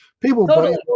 people